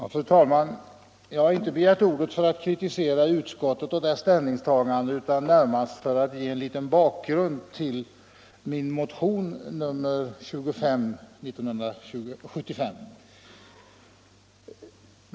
Fru talman! Jag har inte begärt ordet för att kritisera utskottet och dess ställningstagande utan närmast för att ge en liten bakgrund till min motion 1975:25.